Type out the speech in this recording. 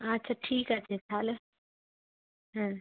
আচ্ছা ঠিক আছে তাহলে হ্যাঁ